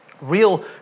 real